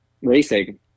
racing